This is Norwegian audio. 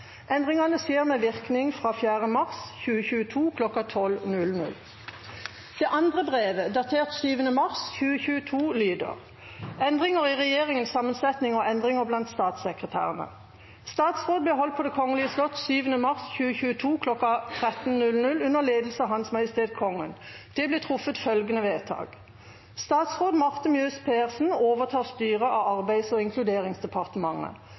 Endringene skjer med virkning fra 4. mars 2022 kl. 12.00.» Det andre brevet, datert 7. mars 2022, lyder: «Endringer i regjeringens sammensetning og endringer blant statssekretærene Statsråd ble holdt på Det kongelige slott 7. mars 2022 kl. 1300 under ledelse av Hans Majestet Kongen. Det ble truffet følgende vedtak: Statsråd Marte Mjøs Persen overtar styret av Arbeids- og inkluderingsdepartementet.